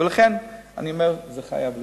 ולכן אני אומר: זה חייב להיכנס.